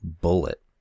Bullet